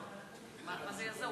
מה זה יעזור?